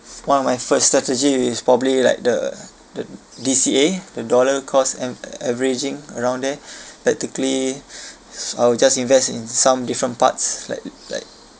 one of my first strategy is probably like the the D_C_A the dollar cost and averaging around there practically I will just invest in some different parts like like